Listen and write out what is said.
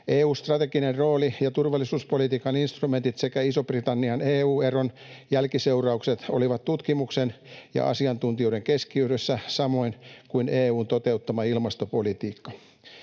EU:n strateginen rooli ja turvallisuuspolitiikan instrumentit sekä Ison-Britannian EU-eron jälkiseuraukset olivat tutkimuksen ja asiantuntijuuden keskiössä, samoin kuin EU:n toteuttama ilmastopolitiikka.